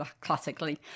classically